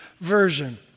version